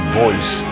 voice